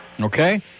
Okay